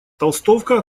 толстовка